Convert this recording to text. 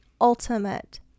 ultimate